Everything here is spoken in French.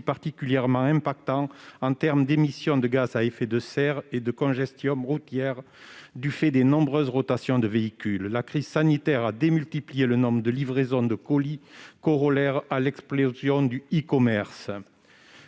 particulièrement préjudiciables en termes d'émissions de gaz à effet de serre et de congestion routière, du fait des nombreuses rotations de véhicules. La crise sanitaire a démultiplié le nombre de livraisons de colis, corollaire de l'explosion du e-commerce.